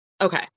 Okay